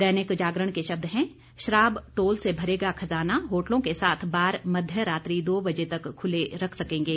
दैनिक जागरण के शब्द हैं शराब टोल से भरेगा खजाना होटलों के साथ बार मध्य रात्रि दो बजे तक खुले रख सकेंगे